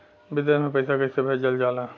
विदेश में पैसा कैसे भेजल जाला?